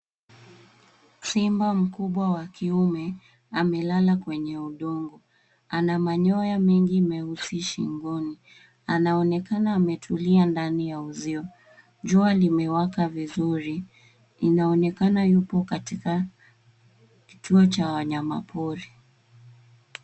Simba mkubwa wa kiume, amelala kwenye udongo. Ana manyoya mengi meusi shingoni. Anaonekana ametulia ndani ya uzio. Jua limewaka vizuri. Inaonekana yupo katika kituo cha wanyamapori.